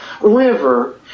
river